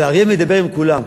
והאריה מדבר עם כולם.